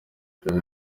ikindi